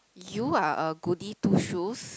you are a goody two shoes